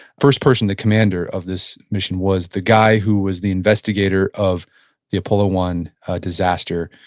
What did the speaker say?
first person, the commander of this mission, was the guy who was the investigator of the apollo one disaster,